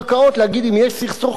יש להעביר אותו לערכאה משפטית,